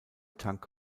tank